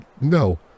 no